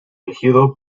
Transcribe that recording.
elegido